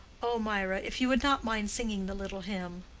oh, mirah, if you would not mind singing the little hymn.